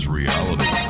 reality